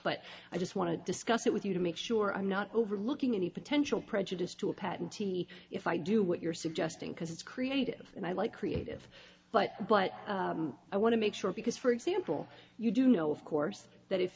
but i just want to discuss it with you to make sure i'm not overlooking any potential prejudice to a patentee if i do what you're suggesting because it's creative and i like creative but but i want to make sure because for example you do know of course that if